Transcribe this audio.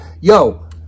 yo